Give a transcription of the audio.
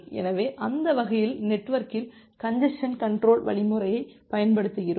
எனவே அந்த வகையில் நெட்வொர்க்கில் கஞ்ஜசன் கன்ட்ரோல் வழிமுறையைப் பயன்படுத்துகிறோம்